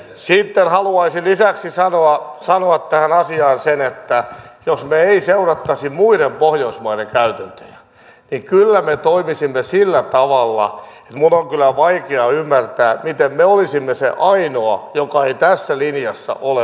sitten haluaisin lisäksi sanoa tähän asiaan sen että jos me emme seuraisi muiden pohjoismaiden käytäntöjä niin kyllä me toimisimme sillä tavalla että minun on kyllä vaikea ymmärtää miten me olisimme se ainoa joka ei tässä linjassa ole mukana